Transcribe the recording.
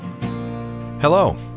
Hello